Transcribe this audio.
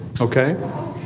Okay